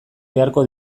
beharko